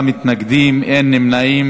נא להצביע.